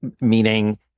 meaning